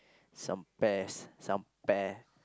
some pears some pear